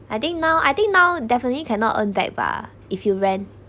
I think now I think now definitely cannot earn back bah if you rent